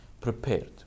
prepared